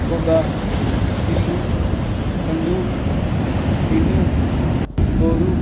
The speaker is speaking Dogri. गोग्गा ढिल्लू खंड़ू टिन्नू गोलू